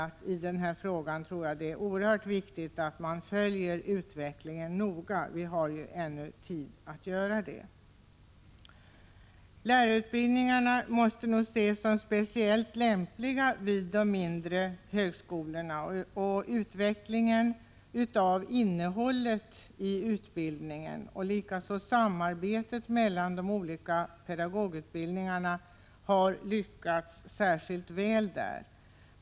Jag vill bara tillägga att det är oerhört viktigt att vi följer utvecklingen noga — vi har ju ännu tid att göra det. Lärarutbildningarna måste ses som speciellt lämpliga att bedriva vid de mindre högskolorna. Utvecklingen av innehållet i utbildningen och likaså samarbetet mellan de olika pedagogutbildningarna har lyckats särskilt väl där.